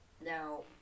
now